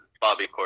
Bobby